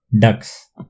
ducks